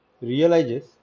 realizes